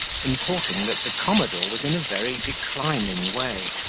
importing that the commodore was in a very declining way,